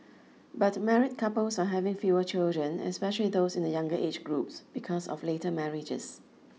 but married couples are having fewer children especially those in the younger age groups because of later marriages